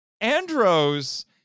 Andros